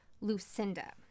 Lucinda